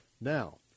Now